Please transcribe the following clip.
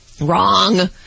Wrong